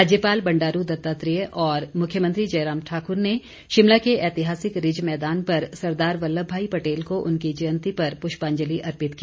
राज्यपाल बंडारू दत्तात्रेय और मुख्यमंत्री जयराम ठाकुर ने शिमला के ऐतिहासिक रिज मैदान पर सरदार वल्लभ भाई पटेल को उनकी जयंती पर पुष्पांजलि अर्पित की